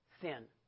sin